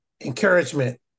encouragement